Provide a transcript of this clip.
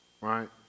right